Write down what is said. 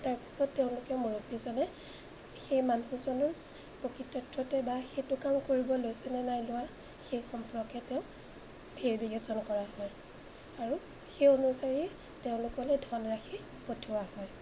তাৰপিছত তেওঁলোকে মুৰব্বীজনে সেই মানুহজনৰ প্ৰকৃতাৰ্থতে বা সেইটো কাম কৰিব লৈছেনে নাই লোৱা সেই সম্পৰ্কে তেওঁ ভেৰিফিকেশ্যন কৰা হয় আৰু সেই অনুসৰি তেওঁলোকলৈ ধনৰাশি পঠোৱা হয়